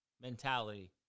mentality